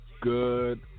good